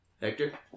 Hector